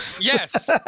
Yes